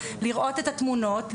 לראות את התמונות,